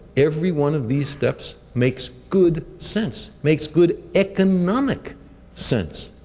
every one of these steps makes good sense, makes good economic sense.